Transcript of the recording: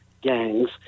gangs